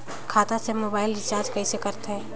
खाता से mobile recharge कइसे करथे